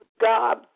God